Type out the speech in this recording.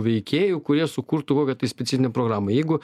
veikėjų kurie sukurtų kokią tai specifinę programą jeigu